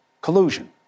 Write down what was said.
collusion